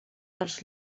dels